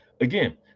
Again